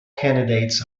candidates